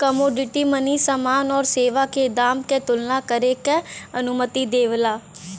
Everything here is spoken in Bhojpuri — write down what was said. कमोडिटी मनी समान आउर सेवा के दाम क तुलना करे क अनुमति देवला